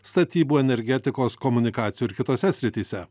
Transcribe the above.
statybų energetikos komunikacijų ir kitose srityse